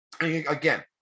Again